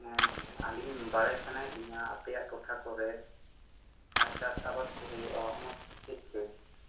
ᱦᱮᱸ ᱟᱹᱞᱤᱧ ᱵᱟᱲᱟᱭ ᱥᱟᱱᱟᱭᱮᱫ ᱞᱤᱧᱟᱹ ᱟᱯᱮᱭᱟᱜ ᱴᱚᱴᱷᱟ ᱠᱚᱨᱮ ᱡᱟᱦᱟᱸ ᱪᱟᱥ ᱟᱵᱟᱫ ᱠᱚ ᱦᱩᱭᱩᱜᱼᱟ ᱚᱱᱟ ᱫᱚ ᱪᱮᱫ ᱪᱮᱫ